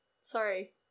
Sorry